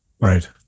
Right